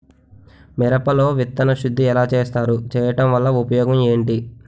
మిరప లో విత్తన శుద్ధి ఎలా చేస్తారు? చేయటం వల్ల ఉపయోగం ఏంటి?